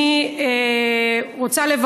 אני לא יודעת מה הם כתבו,